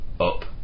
up